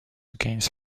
against